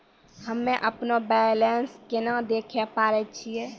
हम्मे अपनो बैलेंस केना देखे पारे छियै?